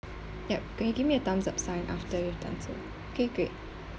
yup can you give me a thumbsup sign after the time's over okay great